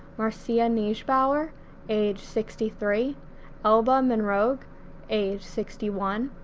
marcia neigebauer age sixty three elba monroig age sixty one,